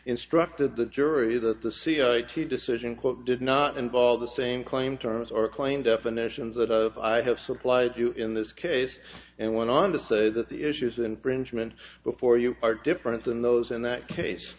instructed the jury that the c i t decision quote did not involve the same claim terms or claim definitions that i have supplied you in this case and went on to say that the issues infringement before you are different than those in that case